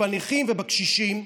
בנכים ובקשישים.